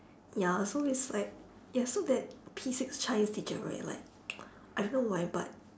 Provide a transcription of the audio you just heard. ya so it's like ya so that P six chinese teacher right like I don't know why but